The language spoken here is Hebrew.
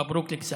מברוכ לאכסאל.